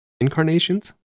Incarnations